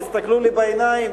תסתכלו לי בעיניים?